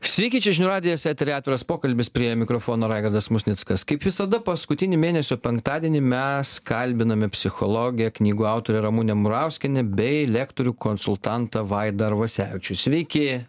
sveiki čia žinių radijas etery atviras pokalbis prie mikrofono raigardas musnickas kaip visada paskutinį mėnesio penktadienį mes kalbiname psichologę knygų autorę ramunę murauskienę bei lektorių konsultantą vaidą arvasevičių sveiki